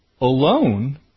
alone